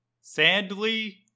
Sadly